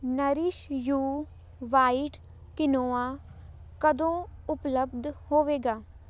nourish you white quinoa ਕਦੋਂ ਉਪਲੱਬਧ ਹੋਵੇਗਾ